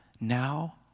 now